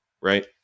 Right